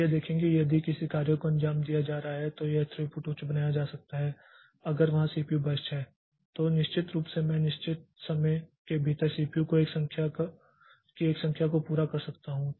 तो यह देखें कि यदि किसी कार्य को अंजाम दिया जा रहा है तो यह थ्रूपुट उच्च बनाया जा सकता है अगर वहाँ सीपीयू बर्स्ट है तो निश्चित रूप से मैं निश्चित समय के भीतर सीपीयू की एक संख्या को पूरा कर सकता हूं